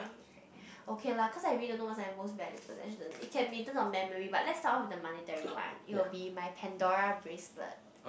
okay lah cause I read the normal and most valuable possession it can be in terms of memory but let's start off with the monetary one it will be my Pandora bracelet